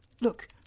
Look